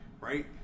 right